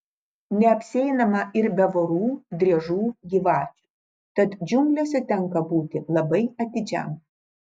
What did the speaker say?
neapsieinama ir be vorų driežų gyvačių tad džiunglėse tenka būti labai atidžiam